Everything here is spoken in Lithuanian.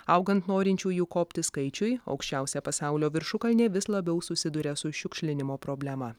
augant norinčiųjų kopti skaičiui aukščiausia pasaulio viršukalnė vis labiau susiduria su šiukšlinimo problema